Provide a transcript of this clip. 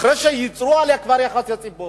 אחרי שכבר ייצרו על זה יחסי ציבור,